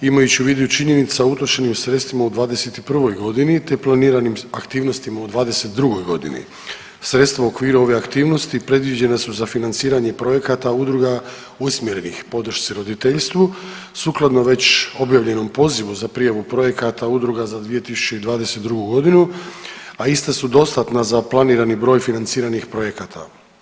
Imajući u vidu činjenica o utrošenim sredstvima u '21. g. te planiranim aktivnostima u '22. g. sredstva u okviru ove aktivnosti predviđene su za financiranje projekata udruga usmjerenih podršci roditeljstvu sukladno već objavljenom pozivu za prijavu projekata udruga za 2022. g., a ista su dostatna za planirani broj financiranih projekata.